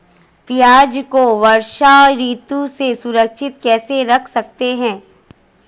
प्याज़ को वर्षा ऋतु में सुरक्षित कैसे रख सकते हैं?